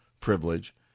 privilege